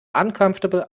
uncomfortable